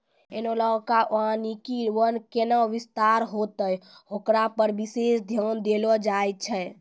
एनालाँक वानिकी वन कैना विस्तार होतै होकरा पर विशेष ध्यान देलो जाय छै